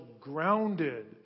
grounded